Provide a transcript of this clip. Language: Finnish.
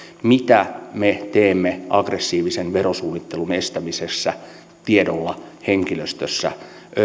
mitä me teemme aggressiivisen verosuunnittelun estämisessä tiedolla henkilöstöstä